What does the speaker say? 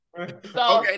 Okay